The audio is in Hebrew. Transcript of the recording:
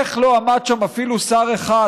איך לא עמד שם אפילו שר אחד,